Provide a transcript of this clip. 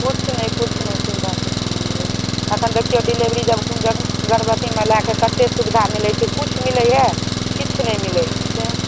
किछु नहि किछु नहि सुविधा किछु नहि मिलै छै अखन देखिऔ डिलेभरी जब गरीब गर्भवती महिलाके कतेक सुविधा मिलै छै किछु मिलैया किछु नहि मिलै छै